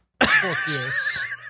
yes